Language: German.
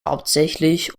hauptsächlich